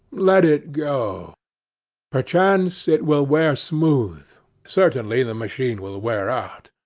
let it go perchance it will wear smooth certainly the machine will wear out.